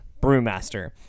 brewmaster